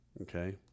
Okay